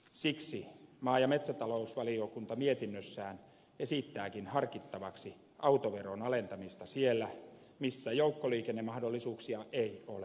siksi maa ja metsätalousvaliokunta mietinnössään esittääkin harkittavaksi autoveron alentamista siellä missä joukkoliikennemahdollisuuksia ei ole